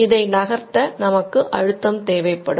இதை நகர்த்த நமக்கு அழுத்தம் தேவைப்படும்